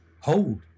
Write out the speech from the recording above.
hold